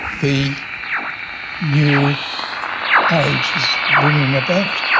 the new age is bringing about.